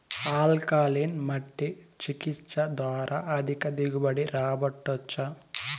alkaline మట్టి చికిత్స ద్వారా అధిక దిగుబడి రాబట్టొచ్చా